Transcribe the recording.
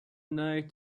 night